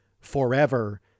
forever